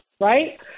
right